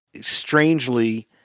strangely